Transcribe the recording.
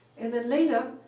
and then later,